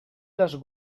les